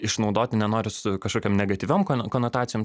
išnaudoti nenoriu su kažkokiom negatyviom kono konotacijom